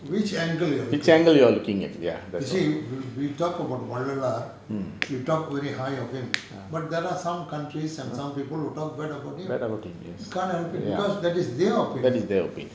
which angle you are looking at you see we talk about vallalaar we talk very high of him but there are some countries and some people who talk bad about him you can't help it because that is their opinion